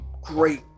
great